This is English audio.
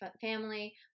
family